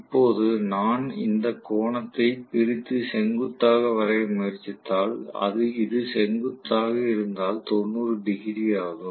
இப்போது நான் இந்த கோணத்தை பிரித்து செங்குத்தாக வரைய முயற்சித்தால் இது செங்குத்தாக இருந்தால் 90 டிகிரி ஆகும்